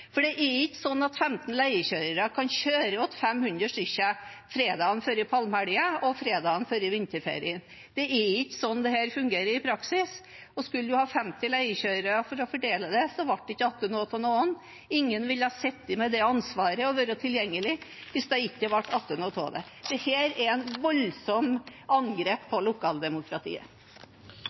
For det er ikke sånn at 15 leiekjørere kan kjøre for 500 stykker fredagen før palmehelgen og fredagen før vinterferien. Det er ikke slik dette fungerer i praksis. Skulle man hatt 50 leiekjørere til å fordele det, ville det ikke blitt noe igjen til noen. Ingen ville sittet med ansvaret å være tilgjengelig, hvis det ikke ble noe igjen av det. Dette er et voldsomt angrep på lokaldemokratiet.